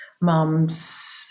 mum's